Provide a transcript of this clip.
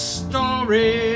story